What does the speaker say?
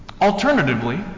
Alternatively